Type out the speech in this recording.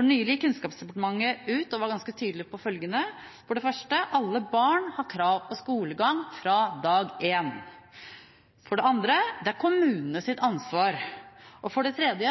Nylig gikk Kunnskapsdepartementet ut og var ganske tydelig på følgende: For det første har alle barn krav på skolegang fra dag én. For det andre er det kommunenes ansvar. For det tredje